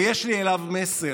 ויש לי אליו מסר: